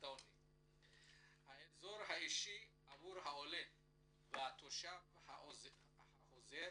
האזור האישי עבור העולה והתושב החוזר